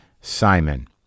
Simon